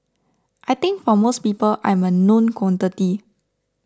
I think for most people I'm a known quantity